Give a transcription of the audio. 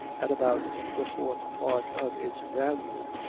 at about the fourth part of its value.